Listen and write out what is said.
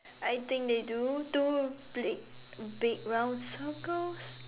I think they do two big big round circles